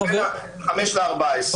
שבין ה-5 ל-14.